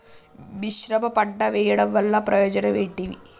మిశ్రమ పంట వెయ్యడం వల్ల ప్రయోజనం ఏమిటి?